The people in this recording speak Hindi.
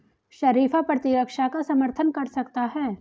शरीफा प्रतिरक्षा का समर्थन कर सकता है